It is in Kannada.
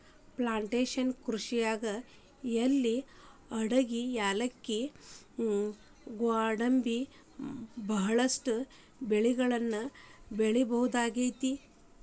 ಪ್ಲಾಂಟೇಷನ್ ಕೃಷಿಯಾಗ್ ಎಲಿ ಅಡಕಿ ಯಾಲಕ್ಕಿ ಗ್ವಾಡಂಬಿ ಬಹಳಷ್ಟು ಬೆಳಿಗಳನ್ನ ಬೆಳಿಬಹುದಾಗೇತಿ